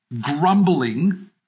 Grumbling